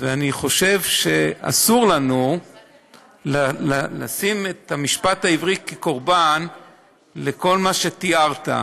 אני חושב שאסור לנו לשים את המשפט העברי כקורבן לכל מה שתיארת.